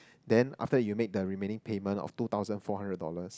then after you make the remaining payment of two thousand four hundred dollar